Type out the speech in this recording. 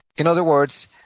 in other words,